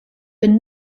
bin